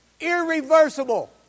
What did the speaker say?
irreversible